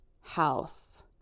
house